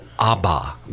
Abba